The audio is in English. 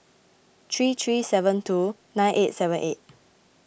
three three seven two nine eight seven eight